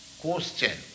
question